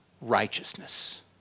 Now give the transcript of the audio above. righteousness